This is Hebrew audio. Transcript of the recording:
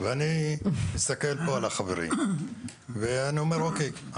ואני מסתכל פה על החברים ואני אומר אוקיי,